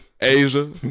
Asia